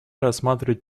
рассматривают